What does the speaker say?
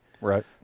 Right